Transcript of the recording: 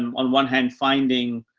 um on one hand finding,